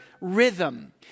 rhythm